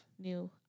new